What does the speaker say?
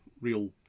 real